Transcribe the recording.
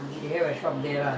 ah seven years